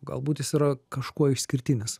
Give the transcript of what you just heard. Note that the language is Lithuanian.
galbūt jis yra kažkuo išskirtinis